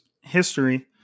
history